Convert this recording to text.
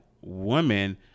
women